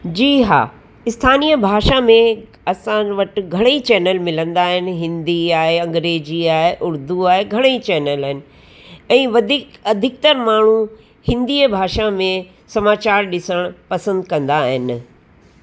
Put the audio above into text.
जी हा स्थानीअ भाषा में असां वटि घणई चैनल मिलंदा आहिनि हिंदी आहे अंग्रेजी आहे उर्दू आहे घणई चैनल आहिनि ऐं वधीक अधिकतर माण्हू हिंदी भाषा में समाचार ॾिसणु पसंदि कंदा आहिनि